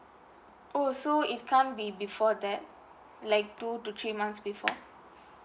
oh so if can't be before that like two to three months before